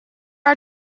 are